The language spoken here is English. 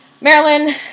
Marilyn